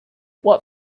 what